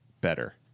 better